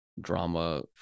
drama